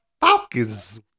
Falcons